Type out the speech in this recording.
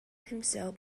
himself